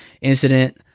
incident